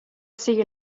sigui